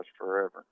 forever